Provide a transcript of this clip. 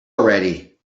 already